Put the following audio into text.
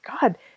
God